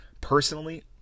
Personally